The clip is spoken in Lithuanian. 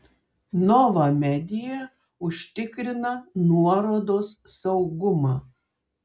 nova media užtikrina nuorodos saugumą